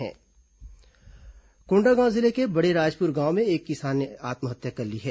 किसान आत्महत्या कोंडागांव जिले के बड़ेराजपुर गांव में एक किसान ने आत्महत्या कर ली है